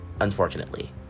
unfortunately